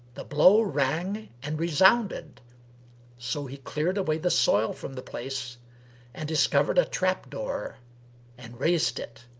the blow rang and resounded so he cleared away the soil from the place and discovered a trap-door and raised it